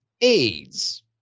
AIDS